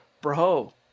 bro